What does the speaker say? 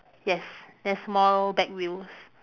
yes then small back wheels